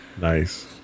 Nice